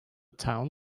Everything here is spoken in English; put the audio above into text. town